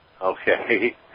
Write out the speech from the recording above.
Okay